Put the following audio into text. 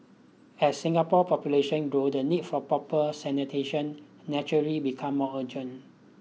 as Singapore population grew the need for proper sanitation naturally become more urgent